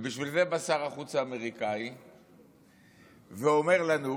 ובשביל זה בא שר החוץ האמריקני ואומר לנו,